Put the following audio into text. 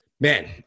Man